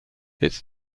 its